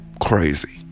crazy